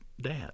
dad